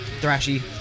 Thrashy